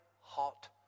hot